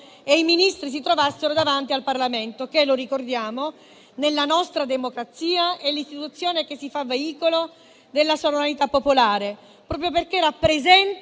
e i Ministri di presentarsi davanti al Parlamento, che - lo ricordiamo - nella nostra democrazia è l'istituzione che si fa veicolo della sovranità popolare, proprio perché rappresenta